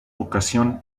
vocación